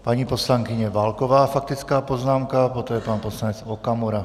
Paní poslankyně Válková, faktická poznámka, poté pan poslanec Okamura.